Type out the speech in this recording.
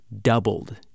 doubled